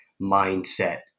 mindset